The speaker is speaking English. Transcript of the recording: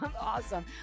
Awesome